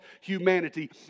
humanity